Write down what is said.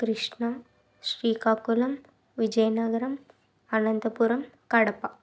Krishna Srikakulam Vizianagaram Anantapuram Kadapa